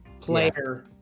player